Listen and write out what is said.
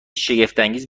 شگفتانگیز